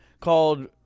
called –